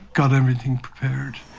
got everything prepared,